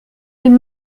elles